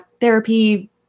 therapy